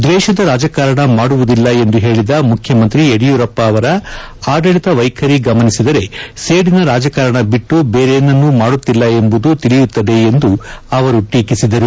ದ್ವೇಷದ ರಾಜಕಾರಣ ಮಾಡುವುದಿಲ್ಲ ಎಂದು ಹೇಳಿದ ಮುಖ್ಯಮಂತ್ರಿ ಯಡಿಯೂರಪ್ಪ ಅವರ ಅಡಳಿತ ವೈಖರಿ ಗಮನಿಸಿದರೆ ಸೇದಿನ ರಾಜಕಾರಣ ಬಿಟ್ಟು ಬೇರೇನನ್ನೂ ಮಾಡುತ್ತಿಲ್ಲ ಎಂಬುದು ತಿಳಿಯುತ್ತದೆ ಎಂದು ಅವರು ಟೀಕಿಸಿದರು